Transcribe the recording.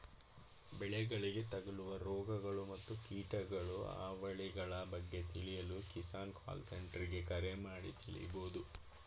ಬೆಳೆಗಳಿಗೆ ತಗಲುವ ರೋಗಗಳು ಮತ್ತು ಕೀಟಗಳ ಹಾವಳಿಗಳ ಬಗ್ಗೆ ತಿಳಿಯಲು ಕಿಸಾನ್ ಕಾಲ್ ಸೆಂಟರ್ಗೆ ಕರೆ ಮಾಡಿ ತಿಳಿಬೋದು